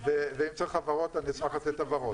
ואם צריך הבהרות אני אשמח לתת הבהרות.